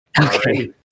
okay